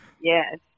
yes